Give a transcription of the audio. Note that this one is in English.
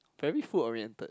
very food oriented